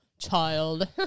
child